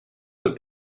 that